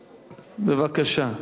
בבקשה.